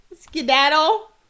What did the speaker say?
skedaddle